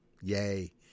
Yay